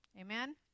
Amen